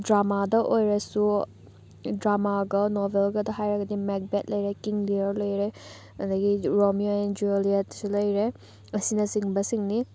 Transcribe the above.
ꯗ꯭ꯔꯃꯥꯗ ꯑꯣꯏꯔꯁꯨ ꯗ꯭ꯔꯃꯥꯒ ꯅꯣꯕꯦꯜꯒꯗ ꯍꯥꯏꯔꯒꯗꯤ ꯃꯦꯛꯕꯦꯠ ꯂꯩꯔꯦ ꯀꯤꯡ ꯂꯤꯌꯔ ꯂꯩꯔꯦ ꯑꯗꯒꯤ ꯔꯣꯃꯤꯌꯣ ꯑꯦꯟ ꯖꯨꯂꯤꯌꯠꯁꯨ ꯂꯩꯔꯦ ꯑꯁꯤꯅꯆꯤꯡꯕꯁꯤꯡꯅꯤ